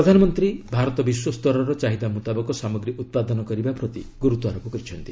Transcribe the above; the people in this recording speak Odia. ପ୍ରଧାନମନ୍ତ୍ରୀ ଭାରତ ବିଶ୍ୱସ୍ତରର ଚାହିଦା ମୁତାବକ ସାମଗ୍ରୀ ଉତ୍ପାଦନ କରିବା ପ୍ରତି ଗୁରୁତ୍ୱାରୋପ କରିଛନ୍ତି